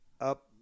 up